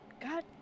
god